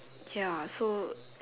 ya so